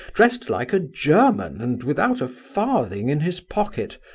dressed like a german and without a farthing in his pocket.